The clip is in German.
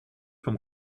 vom